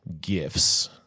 gifts